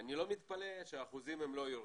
אני לא מתפלא שהאחוזים לא יורדים.